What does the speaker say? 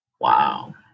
Wow